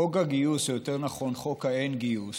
חוק הגיוס, או יותר נכון חוק האין-גיוס,